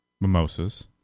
mimosas